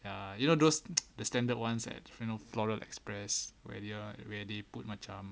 ya you know those the standard ones at the floral express where there are they put my macam